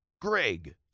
Greg